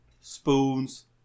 spoons